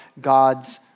God's